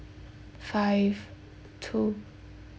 five two